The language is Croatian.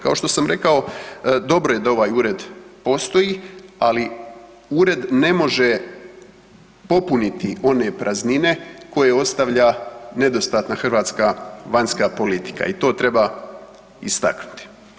Kao što sam rekao, dobro je da ovaj ured postoji, ali ured ne može popuniti one praznine koje ostavlja nedostatna hrvatska vanjska politika i to treba istaknuti.